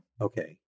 Okay